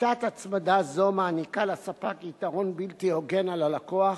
שיטת הצמדה זו מעניקה לספק יתרון בלתי הוגן על הלקוח,